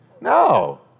No